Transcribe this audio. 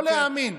לא להאמין.